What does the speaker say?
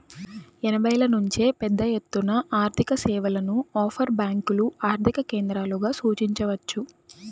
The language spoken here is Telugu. ఎనభైల నుంచే పెద్దఎత్తున ఆర్థికసేవలను ఆఫ్షోర్ బ్యేంకులు ఆర్థిక కేంద్రాలుగా సూచించవచ్చు